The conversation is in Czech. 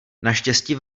naštěstí